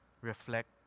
reflect